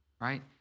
right